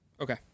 Okay